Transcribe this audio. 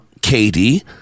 Katie